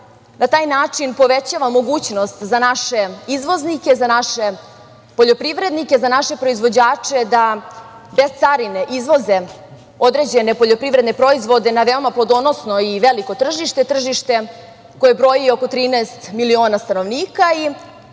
na taj način povećava mogućnost za naše izvoznike, za naše poljoprivrednike, za naše proizvođače da bez carine izvoze određene poljoprivredne proizvode na veoma plodonosno i veliko tržište, tržište koje broji oko 13 miliona stanovnika